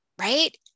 right